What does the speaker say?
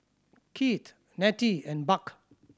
Keith Nettie and Buck